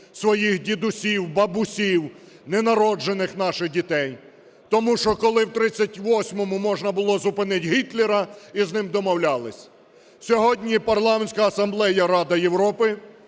своїх дідусів, бабусів, ненароджених наших дітей. Тому що, коли в 38-му можна було зупинити Гітлера, із ним домовлялися. Сьогодні Парламентська асамблея Ради Європи